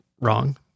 wrong